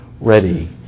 ready